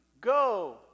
Go